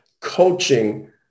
Coaching